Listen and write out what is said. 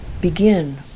begin